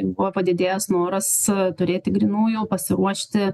buvo padidėjęs noras turėti grynųjų pasiruošti